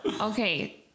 okay